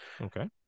okay